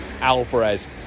Alvarez